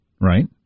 right